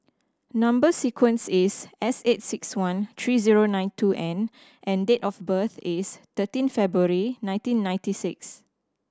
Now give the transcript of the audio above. number sequence is S eight six one three zero nine two N and date of birth is thirteen February nineteen ninety six